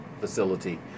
facility